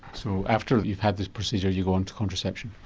so after you've had this procedure you go onto contraception?